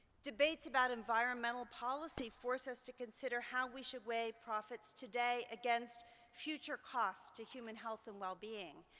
debates about environmental policy forces to consider how we should weigh profits today against future costs to human health and well-being.